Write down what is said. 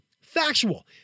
factual